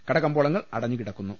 കടകമ്പോളങ്ങൾ അടഞ്ഞുകിടക്കു ന്നു